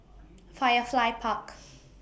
Firefly Parks